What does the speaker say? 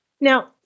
Now